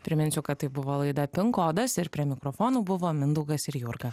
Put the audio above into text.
priminsiu kad tai buvo laida pin kodas ir prie mikrofonų buvo mindaugas ir jurga